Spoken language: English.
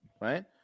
right